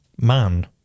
man